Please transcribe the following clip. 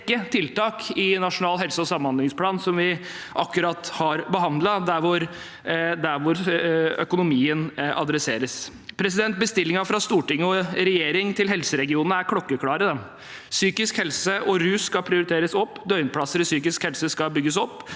tiltak i Nasjonal helse- og samhandlingsplan, som vi akkurat har behandlet, der økonomien tas opp. Bestillingen fra Stortinget og regjeringen til helseregionene er klokkeklar: Psykisk helse og rusbehandling skal prioriteres opp. Døgnplasser innen psykisk helse skal bygges opp,